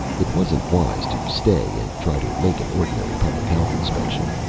it wasn't wise to stay and try to make an ordinary public-health inspection.